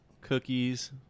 cookies